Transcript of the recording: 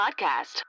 podcast